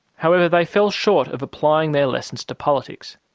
however, they fell short of applying their lessons to politics.